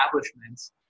establishments